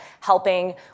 helping